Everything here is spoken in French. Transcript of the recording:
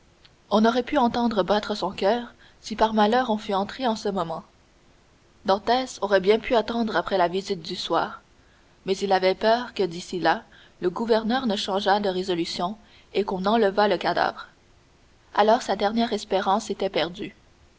on aurait pu entendre battre son coeur si par malheur on fût entré en ce moment dantès aurait bien pu attendre après la visite du soir mais il avait peur que d'ici là le gouverneur ne changeât de résolution et qu'on n'enlevât le cadavre alors sa dernière espérance était perdue